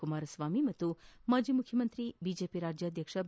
ಕುಮಾರಸ್ವಾಮಿ ಹಾಗೂ ಮಾಜಿ ಮುಖ್ಯಮಂತ್ರಿ ಬಿಜೆಪಿ ರಾಜ್ಯಾಧ್ಯಕ್ಷ ಬಿ